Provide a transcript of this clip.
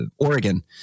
Oregon